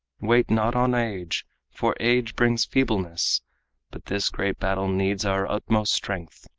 wait not on age for age brings feebleness but this great battle needs our utmost strength.